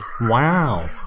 Wow